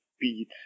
beat